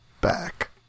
back